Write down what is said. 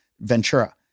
Ventura